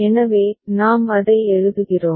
எனவே நாம் அதை எழுதுகிறோம்